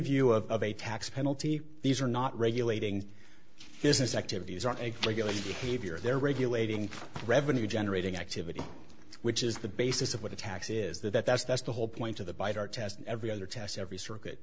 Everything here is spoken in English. view of a tax penalty these are not regulating business activities on a regular media havior they're regulating revenue generating activity which is the basis of what the tax is that that's that's the whole point of the bite our test every other test every circuit